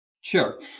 Sure